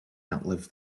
outlive